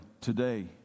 today